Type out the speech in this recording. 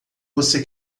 você